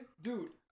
dude